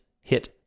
hit